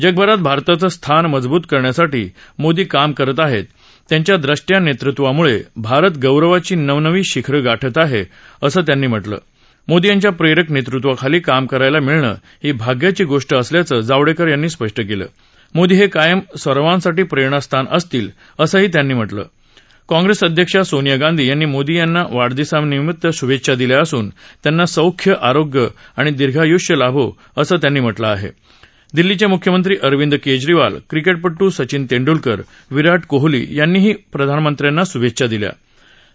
जगभरात भारताचं स्थान मजबूत करण्यासाठी मोदी काम करत आहव त्यांच्या द्वष्टया नवृत्वामुळ भारत गौरवाची नव नवी शिखरं गाठत आहव़ असं त्यांनी म्हटलं आह मोदी यांच्या प्रश्क नवृत्वाखाली काम करायला मिळणं ही भाग्याची गोष्ट असल्याचं जावडक्कर यांनी म्हटलं आह मोदी ह कायम सर्वांसाठी प्रश्नणास्थान असतील असंही त्यांनी म्हटलं आह काँग्रस्त अध्यक्ष सोनिया गांधी यांनी मोदी यांना वाढदिवसानिमित शुभद्वछा दिल्या असून त्यांना सौख्य आरोग्य आणि दीर्घाय्ष्य लाभो असं त्यांनी म्हटलं आह दिल्लीच म्ख्यमंत्री अरविंद काज्ञरीवाल क्रिकटपटू सचिन तेंड्रलकर विराट कोहली यांनीही प्रधानमंत्र्यांना श्भष्टछा दिल्या आहत्त